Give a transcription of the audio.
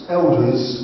elders